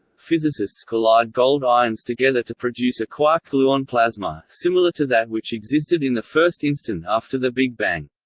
physicists collide gold ions together to produce a quark-gluon plasma, similar to that which existed in the first instant after the big bang.